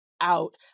out